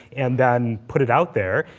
and then put it out there.